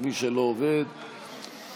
ההצעה להעביר את הצעת חוק התוכנית לסיוע